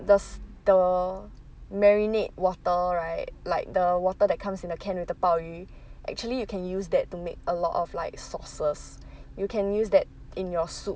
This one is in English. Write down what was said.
the the marinade water right like the water that comes in a can with the 鲍鱼 actually you can use that to make a lot of like sauces you can use that in your soup